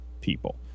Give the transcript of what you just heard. people